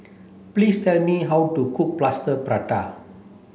please tell me how to cook plaster prata